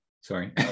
Sorry